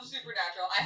Supernatural